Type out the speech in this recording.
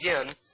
again